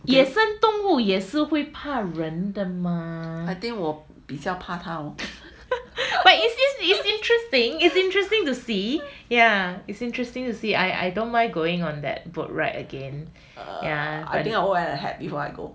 I think 我比较怕它 this I think I will wear a hat before I go